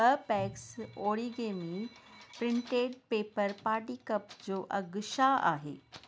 ॿ packs origami printed paper party cups जो अघु छा आहे